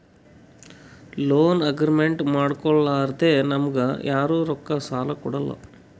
loan agreement ಮಾಡ್ಕೊಲಾರ್ದೆ ನಮ್ಗ್ ಯಾರು ರೊಕ್ಕಾ ಸಾಲ ಕೊಡಲ್ಲ